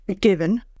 Given